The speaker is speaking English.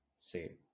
say